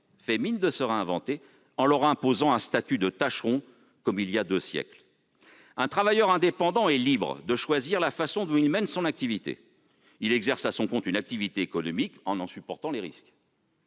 fait mine de se réinventer en leur imposant un statut de tâcheron, comme il y a deux siècles ». Un travailleur indépendant est libre de choisir la façon dont il mène son activité. Il exerce à son compte une activité économique et en supporte les risques.